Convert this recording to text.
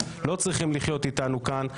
לא צריכים לחיות איתנו כאן.